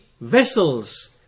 vessels